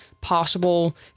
possible